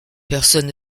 personne